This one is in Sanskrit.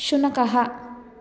शुनकः